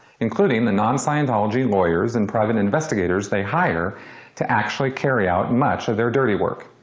including the non-scientology lawyers and private investigators they hire to actually carry out much of their dirty work.